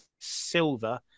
silver